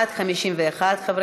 חוק